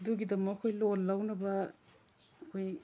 ꯑꯗꯨꯒꯤꯗꯃꯛ ꯑꯩꯈꯣꯏ ꯂꯣꯟ ꯂꯧꯅꯕ ꯑꯩꯈꯣꯏ